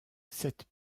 cette